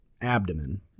abdomen